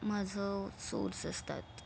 माझं सोर्स असतात